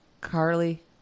Carly